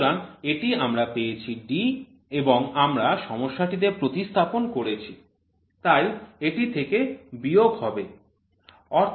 সুতরাং এটি আমরা পেয়েছি D এবং আমরা সমস্যাটিতে প্রতিস্থাপন করেছি তাই এটি থেকে বিয়োগ হবে